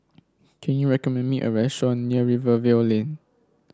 can you recommend me a restaurant near Rivervale Lane